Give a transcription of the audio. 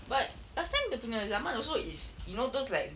but last time dia punya zaman also is you know those like